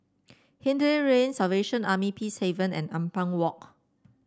Hindhede Lane Salvation Army Peacehaven and Ampang Walk